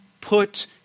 put